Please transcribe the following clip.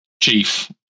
chief